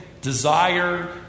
desire